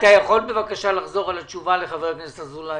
אתה יכול בבקשה לחזור על התשובה לחבר הכנסת אזולאי?